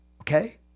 okay